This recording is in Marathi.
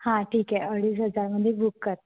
हां ठीक आहे अडीच हजारमध्ये बुक करते